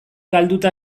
galduta